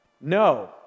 No